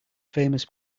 famous